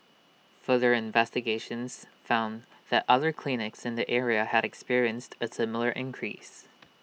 further investigations found that other clinics in the area had experienced A similar increase